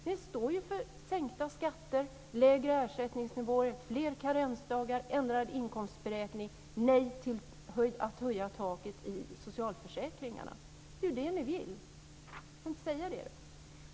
Ni står ju för sänkta skatter, lägre ersättningsnivåer, fler karensdagar, ändrad inkomstberäkning och för att säga nej till att höja taken i socialförsäkringarna. Det är ju det ni vill - varför inte säga det?